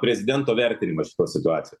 prezidento vertinimą šitoj situacijoj